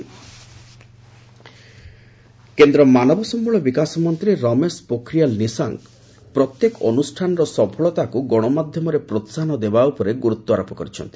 HRD କେନ୍ଦ୍ର ମାନବ ସମ୍ଘଳ ବିକାଶ ମନ୍ତ୍ରୀ ରମେଶ ପୋଖରିଆଲ ନିଶାଙ୍କ ପ୍ରତ୍ୟେକ ଅନୁଷ୍ଠାନର ସଫଳତାକୁ ଗଣମାଧ୍ୟମରେ ପ୍ରୋହାହନ ଦେବା ଉପରେ ଗୁରୁତ୍ୱାରୋପ କରିଛନ୍ତି